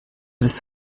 des